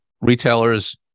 retailers